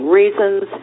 reasons